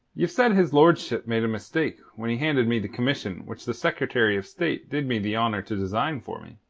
ye've said his lordship made a mistake when he handed me the commission which the secretary of state did me the honour to design for me.